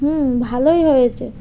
হুম ভালোই হয়েছে